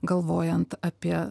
galvojant apie